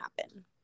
happen